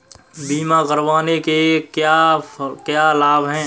बीमा करवाने के क्या क्या लाभ हैं?